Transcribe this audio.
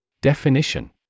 Definition